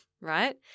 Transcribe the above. Right